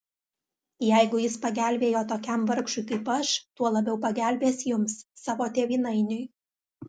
jeigu jis pagelbėjo tokiam vargšui kaip aš tuo labiau pagelbės jums savo tėvynainiui